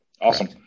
Awesome